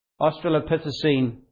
Australopithecine